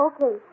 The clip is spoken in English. Okay